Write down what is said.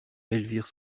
elvire